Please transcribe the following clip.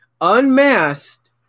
unmasked